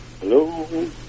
Hello